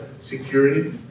security